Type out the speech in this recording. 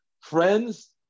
friends